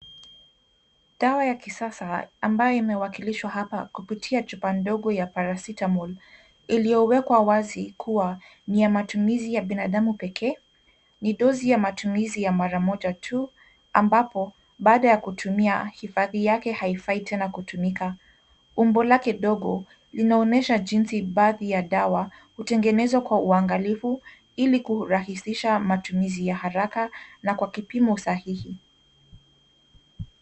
Dawa ya kisasa ambayo imewakilishwa hapa kupitia chupa ndogo ya paracetamol iliyowekwa wazi kuwa ni ya matumizi ya binadamu pekee. Ni dozi ya matumizi ya mara moja tu ambapo baada ya kutumia hifadhi yake haifai tena kutumika. Umbo lake ndogo linaonyesha jinsi baadhi ya dawa hutengenezwa kwa uangalifu ili kurahisisha matumizi ya haraka na kwa kipimo sahihi.